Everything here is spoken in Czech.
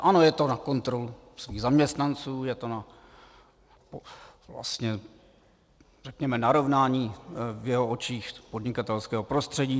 Ano, je to na kontrolu svých zaměstnanců, je to na řekněme narovnání v jeho očích podnikatelského prostředí.